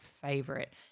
favorite